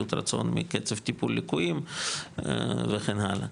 שביעות רצון מקצב טיפול הליקויים וכן הלאה,